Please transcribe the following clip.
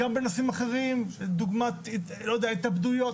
אלא גם בנושאים אחרים כמו התאבדויות,